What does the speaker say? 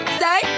say